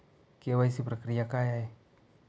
KYC प्रक्रिया काय आहे?